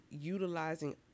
utilizing